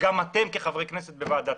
וכן כל שאר חדרי הוועדה.